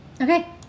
Okay